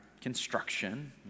construction